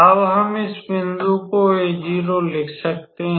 अब हम इस बिंदु को a0 लिख सकते हैं